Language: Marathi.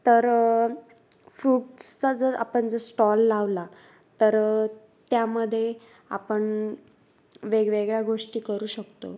तर फ्रुट्सचा जर आपण जर स्टॉल लावला तर त्यामध्ये आपण वेगवेगळ्या गोष्टी करू शकतो